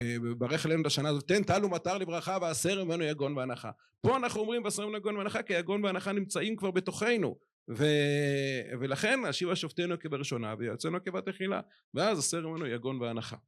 וברך עלינו את השנה הזאת, תן טל ומטר לברכה, והסר ממנו יגון ואנחה, פה אנחנו אומרים והסר ממנו יגון ואנחה, כי יגון ואנחה נמצאים כבר בתוכנו, ולכן השיבה שופטינו כבראשונה ויועצינו כבתחילה, ואז הסר ממנו יגון ואנחה.